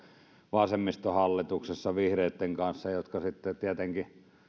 vasemmistohallituksessa vihreitten kanssa jotka tietenkin